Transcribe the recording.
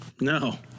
No